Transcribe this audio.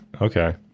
Okay